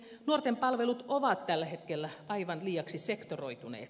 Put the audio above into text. nuorten palvelut ovat tällä hetkellä aivan liiaksi sektoroituneet